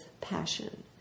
passion